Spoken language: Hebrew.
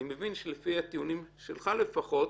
אני מבין שלפי הטיעונים שלך לפחות,